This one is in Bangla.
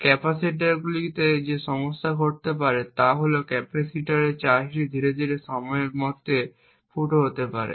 ক্যাপাসিটরগুলিতে যে সমস্যাটি ঘটতে পারে তা হল যে ক্যাপাসিটরের চার্জটি ধীরে ধীরে সময়ের মধ্যে ফুটো হতে পারে